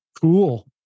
cool